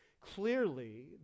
Clearly